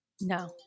No